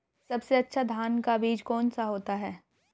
सबसे अच्छा धान का बीज कौन सा होता है?